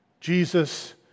Jesus